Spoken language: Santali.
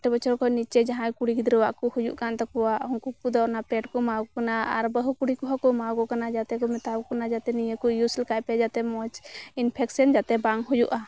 ᱟᱴᱷᱨᱚ ᱵᱚᱪᱷᱚᱨ ᱠᱷᱚᱡ ᱱᱤᱪᱮ ᱡᱟᱦᱟᱸᱭ ᱠᱩᱲᱤ ᱜᱤᱫᱽᱨᱟᱹᱣᱟᱜ ᱠᱚ ᱦᱩᱭᱩᱜ ᱠᱟᱱ ᱛᱟᱠᱚᱣᱟ ᱩᱝᱠᱩ ᱠᱚᱫᱚ ᱚᱱᱟ ᱯᱮᱰ ᱠᱚ ᱮᱢᱟᱣ ᱠᱚᱱᱟ ᱟᱨ ᱵᱟᱦᱩ ᱠᱩᱲᱤ ᱠᱚᱦᱚᱸ ᱠᱚ ᱮᱢᱟᱣ ᱠᱚ ᱠᱟᱱᱟ ᱡᱟᱛᱮ ᱠᱚ ᱢᱮᱛᱟᱣ ᱠᱚ ᱠᱟᱱᱟ ᱡᱟᱛᱮ ᱱᱤᱭᱟᱹ ᱠᱚ ᱤᱭᱩᱡᱽ ᱞᱮᱠᱷᱟᱡ ᱟᱯᱮ ᱡᱟᱛᱮ ᱢᱚᱸᱡᱽ ᱤᱱᱯᱷᱮᱠᱥᱮᱱ ᱡᱟᱛᱮ ᱵᱟᱝ ᱦᱩᱭᱩᱜᱼᱟ